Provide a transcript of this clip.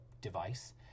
device